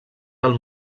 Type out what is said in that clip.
del